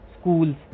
schools